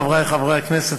חברי חברי הכנסת,